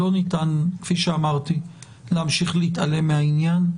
כפי שאמרתי, לא ניתן להמשיך להתעלם מהעניין.